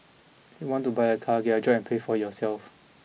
if you want to buy a car get a job and pay for it yourself